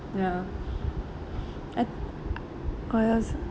ya I what else